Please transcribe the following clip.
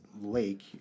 lake